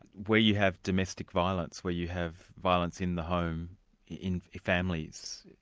where you have domestic violence, where you have violence in the home in families,